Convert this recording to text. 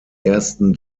ersten